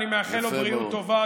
ואני מאחל לו בריאות טובה.